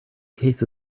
case